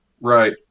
Right